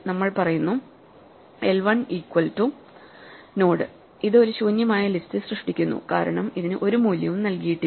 നമ്മൾ പറയുന്നു L1 equal to node ഇത് ഒരു ശൂന്യമായ ലിസ്റ്റ് സൃഷ്ടിക്കുന്നു കാരണം ഇതിന് ഒരു മൂല്യവും നൽകിയിട്ടില്ല